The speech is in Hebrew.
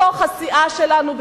בתוך הסיעה שלנו,